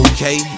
Okay